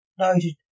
noted